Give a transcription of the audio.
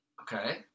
okay